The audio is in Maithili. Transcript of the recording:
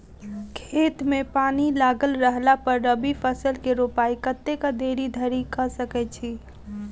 खेत मे पानि लागल रहला पर रबी फसल केँ रोपाइ कतेक देरी धरि कऽ सकै छी?